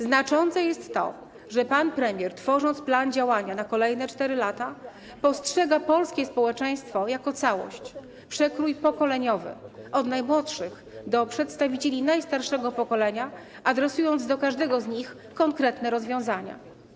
Znaczące jest to, że pan premier, tworząc plan działania na kolejne 4 lata, postrzega polskie społeczeństwo jako całość, przekrój pokoleniowy, od najmłodszych do przedstawicieli najstarszego pokolenia, adresując do każdego z nich konkretne rozwiązania.